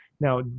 Now